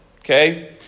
okay